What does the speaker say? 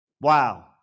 wow